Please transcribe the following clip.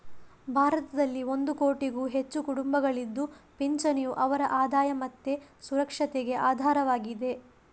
ಭಾರತದಲ್ಲಿ ಒಂದು ಕೋಟಿಗೂ ಹೆಚ್ಚು ಕುಟುಂಬಗಳಿದ್ದು ಪಿಂಚಣಿಯು ಅವರ ಆದಾಯ ಮತ್ತೆ ಸುಸ್ಥಿರತೆಗೆ ಆಧಾರವಾಗಿದೆ